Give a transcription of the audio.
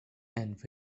and